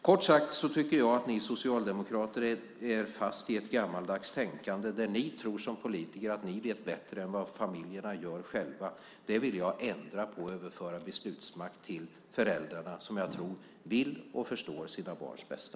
Kort sagt tycker jag att ni socialdemokrater är fast i ett gammaldags tänkande där ni tror att ni som politiker vet bättre än vad familjerna gör själva. Det vill jag ändra på och överföra beslutsmakt till föräldrarna, som jag tror vill och förstår sina barns bästa.